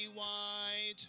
white